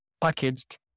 packaged